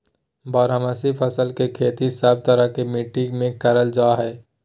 बारहमासी फसल के खेती सब तरह के मिट्टी मे करल जा हय